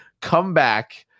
comeback